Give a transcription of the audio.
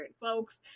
folks